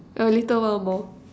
a little while more